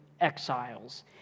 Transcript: exiles